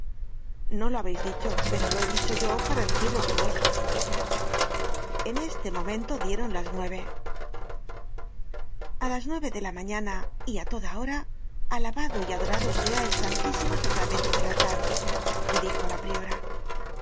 no lo habeis dicho pero lo he dicho yo para decir toque vos en este momento dieron las nueve a las nueve de la mañana y á toda hora alabado y adorado sea el santísimo sacramento del altar dijo la priora